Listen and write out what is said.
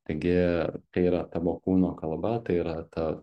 taigi tai yra tavo kūno kalba tai yra ta